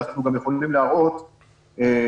אנחנו גם יכלים להראות באמצעות